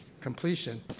completion